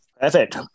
Perfect